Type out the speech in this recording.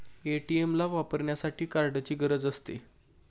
ATM ला वापरण्यासाठी कार्डची गरज असते